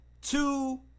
Two